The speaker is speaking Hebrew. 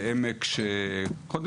זה עמק יפהפה,